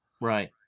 Right